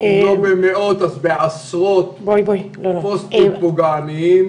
לא במאות אז בעשרות פוסטים פוגעניים.